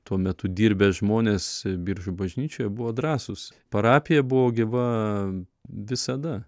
tuo metu dirbę žmonės biržų bažnyčioje buvo drąsūs parapija buvo gyva visada